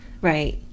Right